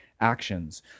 actions